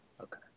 Okay